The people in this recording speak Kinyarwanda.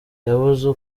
yabuze